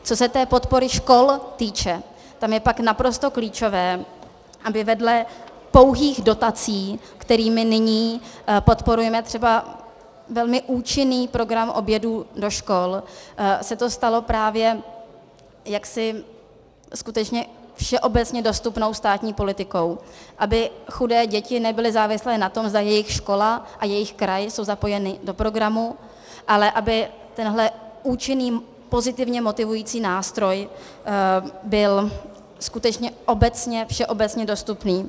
Co se té podpory škol týče, tam je pak naprosto klíčové, aby vedle pouhých dotací, kterými nyní podporujeme třeba velmi účinný program obědů do škol, se to stalo právě skutečně všeobecně dostupnou státní politikou, aby chudé děti nebyly závislé na tom, zda jejich škola a jejich kraj jsou zapojeny do programu, ale aby tenhle účinný, pozitivně motivující nástroj byl skutečně všeobecně dostupný.